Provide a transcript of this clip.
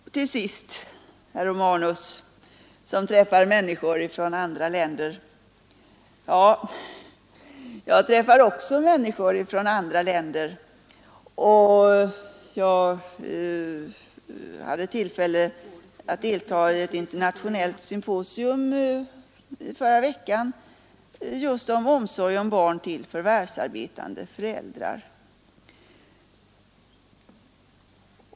Slutligen sade herr Romanus att han då och då träffar människor från andra länder. Det gör jag också. Förra veckan hade jag exempelvis tillfälle att delta i ett internationellt symposium som gällde omsorgen om barn till förvärvsarbetande föräldrar.